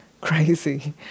crazy